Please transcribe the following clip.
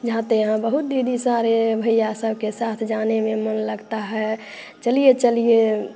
जाते हैं बहुत दीदी सारे भैया सब के साथ जाने में मन लगता है चलिए चलिए